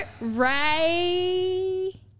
Ray